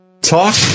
Talk